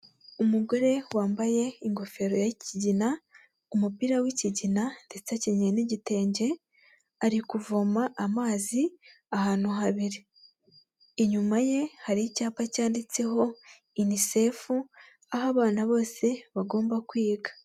Umugore wambaye ingofero ya ikigina umupira w'ikigina ndetse akinyeye n'igitenge ari kuvoma amazi ahantu habiri. Inyuma ye hari icyapa cyanditseho inisefu aho abana bose bagomba kwiga.